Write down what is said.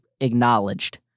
acknowledged